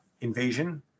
invasion